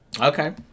Okay